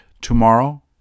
tomorrow